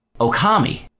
Okami